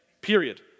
Period